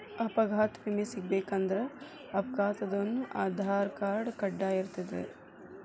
ಅಪಘಾತ್ ವಿಮೆ ಸಿಗ್ಬೇಕಂದ್ರ ಅಪ್ಘಾತಾದೊನ್ ಆಧಾರ್ರ್ಕಾರ್ಡ್ ಕಡ್ಡಾಯಿರ್ತದೇನ್?